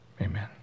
Amen